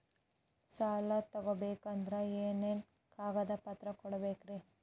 ಸಾಲ ತೊಗೋಬೇಕಂದ್ರ ಏನೇನ್ ಕಾಗದಪತ್ರ ಕೊಡಬೇಕ್ರಿ?